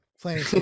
playing